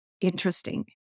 interesting